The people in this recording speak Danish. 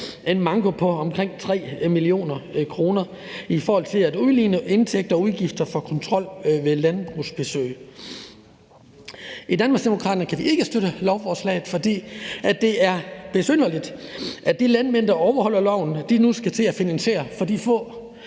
en manko på omkring 3 mio. kr. i forhold til at udligne indtægter og udgifter for kontrolbesøg på landbrug. I Danmarksdemokraterne kan vi ikke støtte lovforslaget, fordi det er besynderligt, at de landmænd, der overholder loven, nu skal til at finansiere for de få,